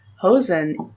Hosen